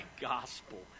gospel